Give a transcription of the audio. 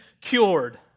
cured